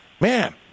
man